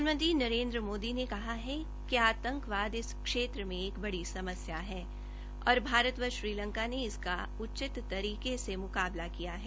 प्रधानमंत्री नरेन्द्र मोदी ने कहा है कि आतंकवाद इस क्षेत्र में एक बड़ी समस्या है और भारत व श्रीलंका ने इसका यथोचित तरीके से मुकाबला किया है